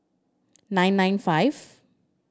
nine nine five